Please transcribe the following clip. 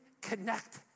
connect